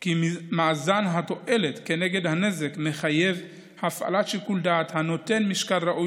כי מאזן התועלת כנגד הנזק מחייב הפעלת שיקול דעת הנותן משקל ראוי